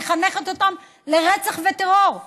מחנכת אותם לרצח וטרור.